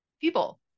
people